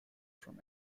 from